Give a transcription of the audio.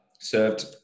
served